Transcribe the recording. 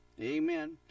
Amen